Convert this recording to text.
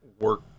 work